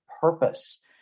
purpose